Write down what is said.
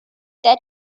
that